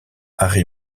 harry